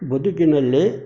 ಬದುಕಿನಲ್ಲಿ